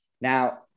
Now